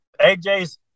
AJ's